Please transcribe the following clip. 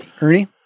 Ernie